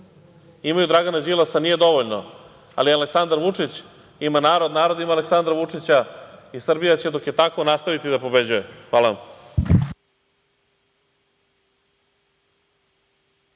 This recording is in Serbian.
imaju Dragana Đilasa, nije dovoljno, ali Aleksandar Vučić ima narod, narod ima Aleksandra Vučića i Srbija će dok je tako nastaviti da pobeđuje. Hvala vam.